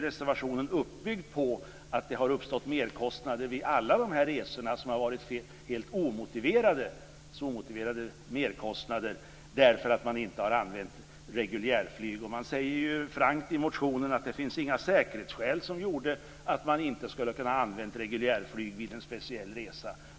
Reservationen är uppbyggd på att det har uppstått merkostnader vid alla de resor som har varit helt omotiverade därför att man inte använt reguljärflyg. Man säger frankt i reservationen att det inte finns några säkerhetsskäl som gjorde att man inte skulle ha kunnat använda reguljärflyg vid en speciell resa.